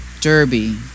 Derby